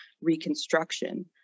reconstruction